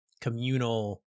communal